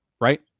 right